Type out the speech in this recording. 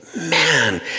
man